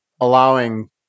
allowing